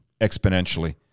exponentially